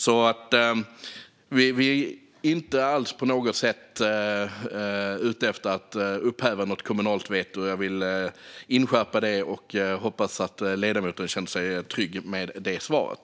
Vi är inte på något sätt ute efter att upphäva något kommunalt veto. Jag vill inskärpa det och hoppas att ledamoten känner sig trygg med det svaret.